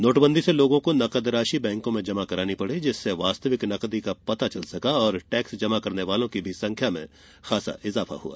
नोटबंदी से लोगों को नकद राशि बैंकों में जमा करानी पड़ी जिससे वास्तविक नकदी का पता चल सका और टैक्स जमा करने वालों की भी संख्या में काफी इजाफा हुआ